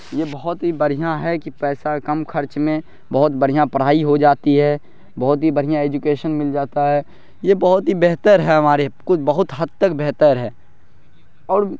یہ بہت ہی بڑھیا ہے کہ پیسہ کم خرچ میں بہت بڑھیا پڑھائی ہو جاتی ہے بہت ہی بڑھیا ایجوکیشن مل جاتا ہے یہ بہت ہی بہتر ہے ہمارے کچھ بہت حد تک بہتر ہے اور